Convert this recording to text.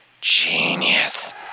Genius